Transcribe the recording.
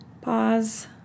Pause